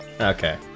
Okay